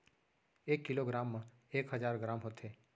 एक kilogram मा एक हजार ग्राम होथे